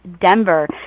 Denver